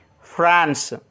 France